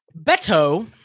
Beto